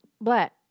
Black